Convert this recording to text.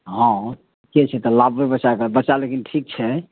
हँ से छै तऽ लाबबे बच्चाके बच्चा लेकिन ठीक छै